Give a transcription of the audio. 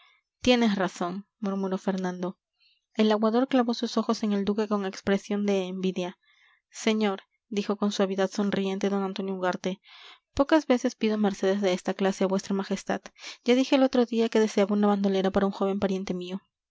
tienes razón murmuró fernando el aguador clavó sus ojos en el duque con expresión de envidia señor dijo con suavidad sonriente don antonio ugarte pocas veces pido mercedes de esta clase a vuestra majestad ya dije el otro día que deseaba una bandolera para un joven pariente mío